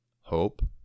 Hope